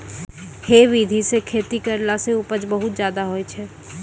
है विधि सॅ खेती करला सॅ उपज बहुत ज्यादा होय छै